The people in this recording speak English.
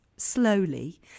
slowly